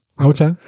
Okay